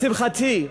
לשמחתי,